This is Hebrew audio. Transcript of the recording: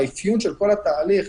באפיון של כל התהליך,